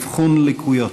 מערכת לאבחון לקויות.